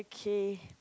okay